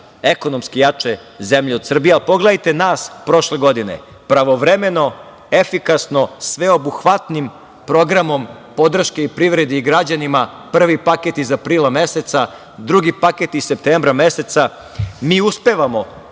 ekonomski jače zemlje od Srbije, a pogledajte nas prošle godine, pravovremeno, efikasno, sveobuhvatnim programom podrške i privredi i građanima, prvi paket iz aprila meseca, drugi paket iz septembra meseca, mi uspevamo